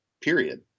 period